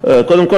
קודם כול,